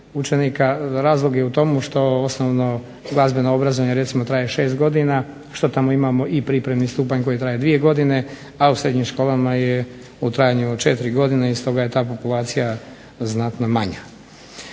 učenika, razlog je u tomu što osnovno glazbeno obrazovanje recimo traje 6 godina, što tamo imamo i pripremni stupanj koji traje dvije godine, a u srednjim školama je u trajanju od 4 godine i stoga je ta populacija znatno manja.